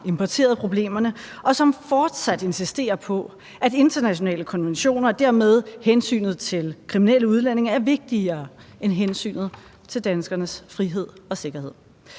importeret problemerne, og som fortsat insisterer på, at internationale konventioner og dermed hensynet til kriminelle udlændinge er vigtigere end hensynet til danskernes frihed og sikkerhed.